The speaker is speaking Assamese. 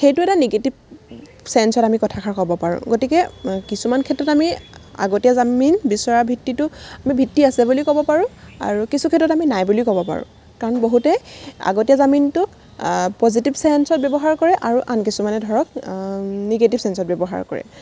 সেইটো এটা নিগেটিভ ছেঞ্চত আমি কথাষাৰ ক'ব পাৰোঁ গতিকে কিছুমান ক্ষেত্ৰত আমি আগতীয়া জামিন বিচৰা ভিত্তিটো আমি ভিত্তি আছে বুলি ক'ব পাৰোঁ আৰু কিছু ক্ষেত্ৰত আমি নাই বুলিও ক'ব পাৰোঁ কাৰণ বহুতে আগতীয়া জামিনটোক পজিটিভ ছেঞ্চত ব্যৱহাৰ কৰে আৰু আন কিছুমানে ধৰক নিগেটিভ ছেঞ্চত ব্যৱহাৰ কৰে